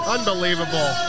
Unbelievable